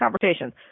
conversations